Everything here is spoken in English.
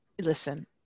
listen